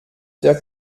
der